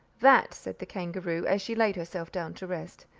that, said the kangaroo, as she laid herself down to rest,